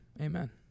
amen